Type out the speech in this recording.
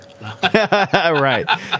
Right